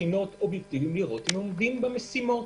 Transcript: ובחינות ונראה אם הם עומדים במשימות.